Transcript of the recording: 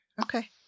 Okay